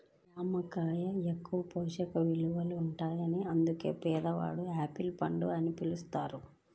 జామ కాయ ఎక్కువ పోషక విలువలుంటాయని అందుకే పేదవాని యాపిల్ పండు అని పిలుస్తారు